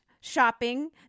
shopping